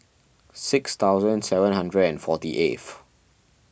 six thousand seven hundred and forty eighth